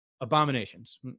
abominations